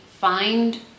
find